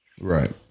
Right